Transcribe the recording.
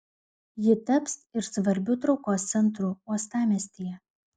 ji taps ir svarbiu traukos centru uostamiestyje